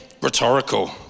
rhetorical